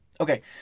Okay